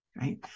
Right